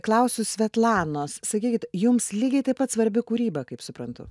klausiu svetlanos sakykit jums lygiai taip pat svarbi kūryba kaip suprantu